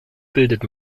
bildet